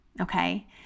Okay